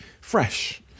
fresh